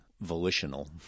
volitional